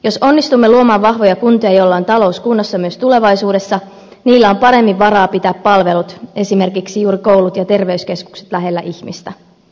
jos onnistumme luomaan vahvoja kuntia joilla on talous kunnossa myös tulevaisuudessa niillä on paremmin varaa pitää palvelut esimerkiksi juuri koulut ja terveyskeskukset lähellä ihmistä